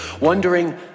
wondering